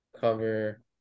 cover